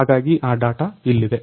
ಹಾಗಾಗಿ ಆ ಡಾಟ ಇಲ್ಲಿದೆ